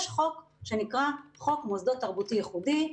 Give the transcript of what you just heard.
יש חוק שנקרא חוק מוסדות תרבותי-ייחודי,